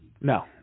No